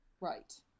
right